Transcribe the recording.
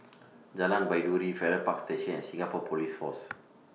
Jalan Baiduri Farrer Park Station and Singapore Police Force